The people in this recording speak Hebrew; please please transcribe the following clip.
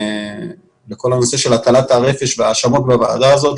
לכל הנושא של הטלת הרפש וההאשמות בוועדה הזאת.